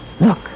Look